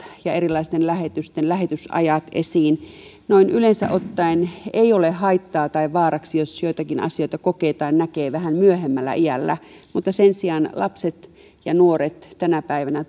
ja erilaisten lähetysten lähetysajat esiin noin yleensä ottaen ei ole haittaa tai vaaraksi jos joitakin asioita kokee tai näkee vähän myöhemmällä iällä mutta sen sijaan tuntuu että lapset ja nuoret tänä päivänä